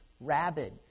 rabid